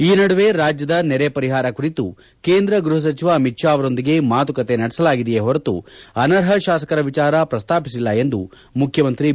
ಈ ನಡುವೆ ರಾಜ್ಜದ ನೆರೆ ಪರಿಹಾರ ಕುರಿತು ಕೇಂದ್ರ ಗೃಹ ಸಚಿವ ಅಮಿತ್ ಶಾ ಅವರೊಂದಿಗೆ ಮಾತುಕತೆ ನಡೆಸಲಾಗಿದೆಯೆ ಹೊರತು ಅನರ್ಹ ಶಾಸಕರ ವಿಚಾರ ಪ್ರಸ್ತಾಪಿಸಿಲ್ಲ ಎಂದು ಮುಖ್ಯಮಂತ್ರಿ ಬಿ